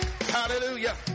hallelujah